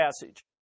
passage